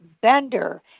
Bender